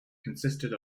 consisted